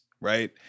right